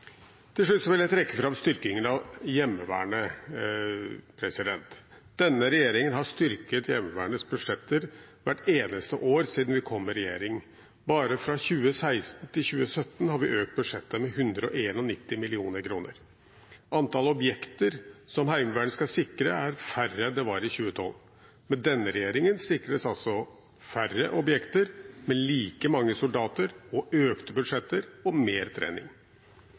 Til slutt vil jeg trekke fram styrkingen av Heimevernet. Denne regjeringen har styrket Heimevernets budsjetter hvert eneste år siden den kom, bare fra 2016 til 2017 har vi økt budsjettet med 191 mill. kr. Antall objekter som Heimevernet skal sikre, er færre enn i 2012. Med denne regjeringen sikres altså færre objekter med like mange soldater, økte budsjetter og mer trening.